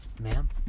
Ma'am